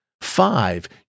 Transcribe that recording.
Five